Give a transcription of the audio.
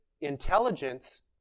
intelligence